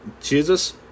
Jesus